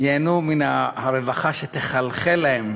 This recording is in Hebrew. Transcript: ייהנו מן הרווחה שתחלחל אליהם